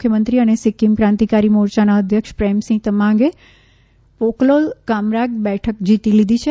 મુખ્યમંત્રી અને સિક્કિમ ક્રાંતિકારી મોરયાના અધ્યક્ષ પ્રેમસિંહ તમાગે પોકલોલ કામરાગ બેઠક જીતી લીધી છે